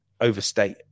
overstate